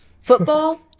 football